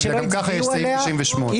אל תדאג,